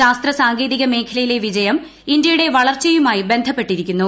ശാസ്ത്ര സാങ്കേതിക മേഖലയിലെ വിജയം ഇന്ത്യയുടെ വളർച്ചയുമായി ബന്ധപ്പെട്ടിരിക്കുന്നു